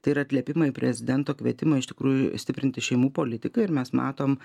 tai yra atliepimai į prezidento kvietimą iš tikrųjų stiprinti šeimų politiką ir mes matom